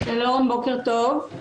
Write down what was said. בוקר טוב,